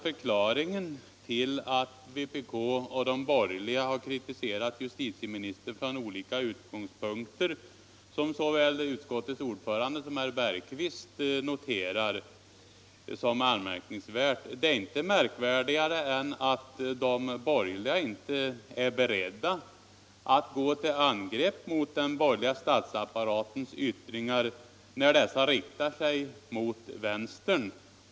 Förklaringen till att vpk och de borgerliga har kritiserat justitieministern från olika utgångspunkter, vilket såväl utskottets ordförande som herr Bergqvist noterar som anmärkningsvärt, är inte märkvärdigare än denna: De borgerliga är inte beredda att gå till angrepp mot den borgerliga statsapparatens yttringar när dessa riktar sig mot vänster.